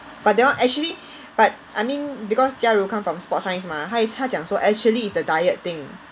orh that one actually but I mean because Jia Ru come from sports science mah 她 is 她讲说 actually is the diet thing